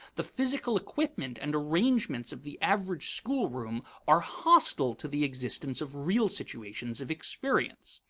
the physical equipment and arrangements of the average schoolroom are hostile to the existence of real situations of experience.